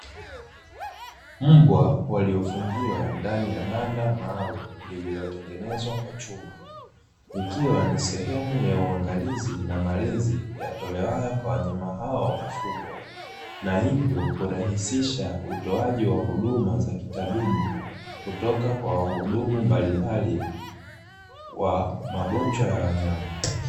Mbwa waliofungiwa ndani ya banda maalumu lililotengenezwa kwa chuma, ikiwa ni sehemu ya uangalizi na malezi yatolewayo kwa wanyama hao wa kufugwa. Na hivyo kurahisisha utoaji wa huduma za kitabibu, kutoka wa wahudumu mbalimbali wa magonjwa ya wanyama.